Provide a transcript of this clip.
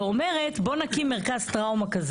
אומר: נקים מרכז טראומה.